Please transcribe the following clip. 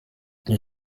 icyo